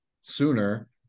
sooner